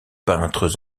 peintres